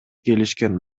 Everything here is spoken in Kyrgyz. келишкен